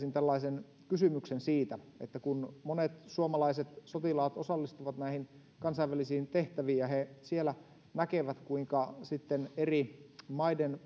niin hänelle esittäisin kysymyksen siitä kun monet suomalaiset sotilaat osallistuvat näihin kansainvälisiin tehtäviin ja he siellä näkevät kuinka eri maiden